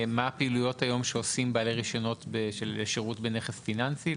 מהן הפעולות היום שעושים בעלי רישיונות של שירות בנכס פיננסי?